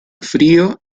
frío